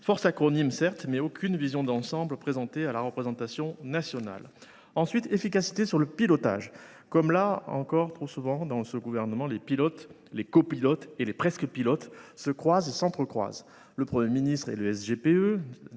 Force sigles, certes, mais aucune vision d’ensemble présentée à la représentation nationale ! Efficacité sur le pilotage, ensuite : là encore, comme trop souvent avec ce gouvernement, les pilotes, co pilotes et presque pilotes se croisent et s’entrecroisent : le Premier ministre et le